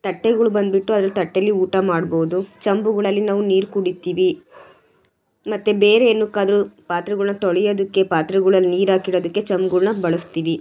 ತಟ್ಟೆಗಳು ಬಂದುಬಿಟ್ಟು ಅದ್ರಲ್ಲಿ ತಟ್ಟೆಯಲ್ಲಿ ಊಟ ಮಾಡ್ಬೌದು ಚೊಂಬುಗಳಲ್ಲಿ ನಾವು ನೀರು ಕುಡಿತೀವಿ ಮತ್ತು ಬೇರೆ ಏನುಕ್ಕಾದರೂ ಪಾತ್ರೆಗಳ್ನ ತೊಳೆಯೋದುಕ್ಕೆ ಪಾತ್ರೆಗಳಲ್ ನೀರು ಹಾಕಿಡೋದಕ್ಕೆ ಚೊಂಬುಗಳ್ನ ಬಳಸ್ತೀವಿ